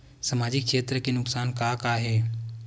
सामाजिक क्षेत्र के नुकसान का का हे?